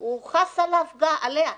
הוא חס עליה גם.